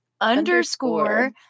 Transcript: underscore